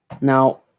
Now